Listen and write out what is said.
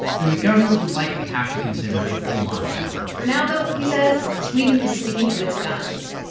then the government would likely have to consider a full lockdown for now, though, he says sweden is sticking to its guns.